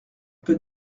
peut